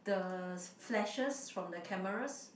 the flashes from the cameras